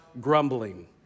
grumbling